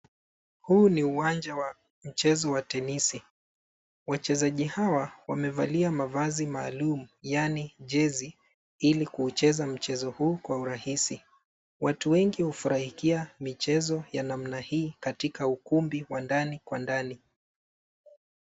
Huu ni uwanja wa mchezo wa tennis .Wachezaji hawa wamevalia mavazi maalum yaani jezi ili kuucheza mchezo huu kwa urahisi. Watu wengi hufurahia michezo ya namna hii katika ukumbi wa ndani kwa ndani.